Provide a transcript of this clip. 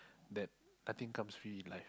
that nothing comes free like